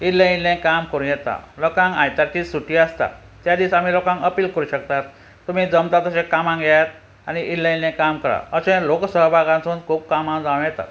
इल्लें इल्लें काम करूं येता लोकांक आयतारची सुटी आसता त्या दिसा आमी लोकांक अपील करूं शकतात तुमी जमता तशें कामांक येयात आनी इल्लें इल्लें काम करा अशे लोकसहभागांतून खूब कामां जावं येता